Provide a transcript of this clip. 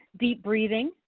deep breathing,